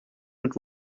mit